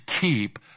keep